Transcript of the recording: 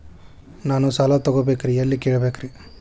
ನಾನು ಸಾಲ ತೊಗೋಬೇಕ್ರಿ ಎಲ್ಲ ಕೇಳಬೇಕ್ರಿ?